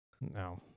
No